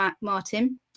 Martin